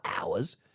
hours